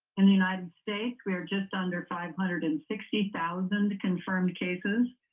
in the united states, we are just under five hundred and sixty thousand confirmed cases,